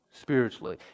Spiritually